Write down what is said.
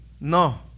No